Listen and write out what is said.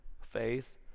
faith